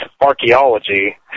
archaeology